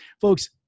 Folks